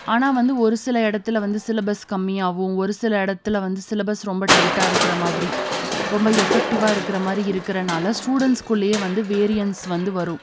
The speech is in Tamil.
ஆனால் வந்து ஒரு சில இடத்துல வந்து சிலபஸ் கம்மியாகவும் ஒரு சில இடத்துல வந்து சிலபஸ் ரொம்ப டைட்டாக இருக்கிற மாதிரி ரொம்ப எஃபெக்ட்டிவ்வாக இருக்கிற மாதிரி இருக்கறதுனால ஸ்டூடண்ட்ஸுக்குள்ளேயே வந்து வேரியண்ட்ஸ் வந்து வரும்